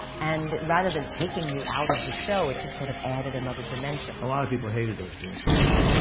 and rather than taking you out of the show, it just sort of added another dimension. a lot of people hated those dreams sequences.